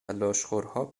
لاشخورها